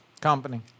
Company